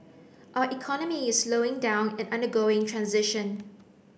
our economy is slowing down and undergoing transition